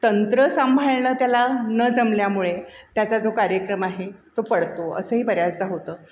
तंत्र संभाळणं त्याला न जमल्यामुळे त्याचा जो कार्यक्रम आहे तो पडतो असंही बऱ्याचदा होतं